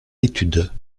études